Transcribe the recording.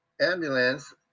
ambulance